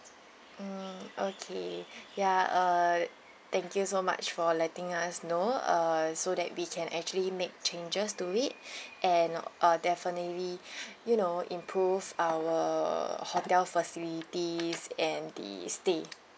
mm okay ya uh thank you so much for letting us know uh so that we can actually make changes to it and uh definitely you know improve our hotel facilities and the stay